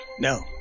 No